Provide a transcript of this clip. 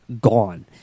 gone